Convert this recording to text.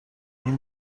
این